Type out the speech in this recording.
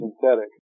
synthetic